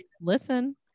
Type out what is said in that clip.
Listen